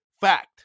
Fact